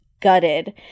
gutted